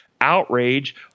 outrage